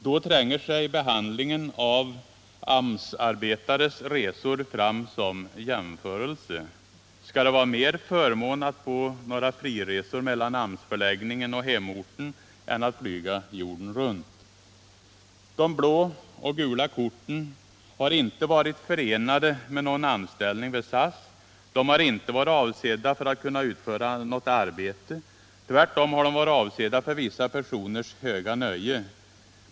Då tränger sig behandlingen av AMS-arbetares resor fram som jämförelse. Skall det vara mer förmån att få några friresor mellan AMS-förläggningen och hemorten än att flyga jorden runt? De blå och gula korten har inte varit förenade med någon anställning vid SAS. De har inte varit avsedda för att kunna utföra något arbete. Tvärtom har de varit avsedda för vissa personers höga nöje.